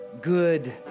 good